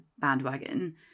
bandwagon